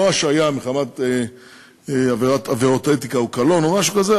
לא השעיה מחמת עבירות אתיקה או קלון או משהו כזה,